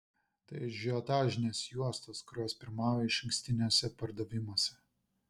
tai ažiotažinės juostos kurios pirmauja išankstiniuose pardavimuose